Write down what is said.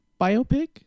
biopic